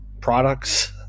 products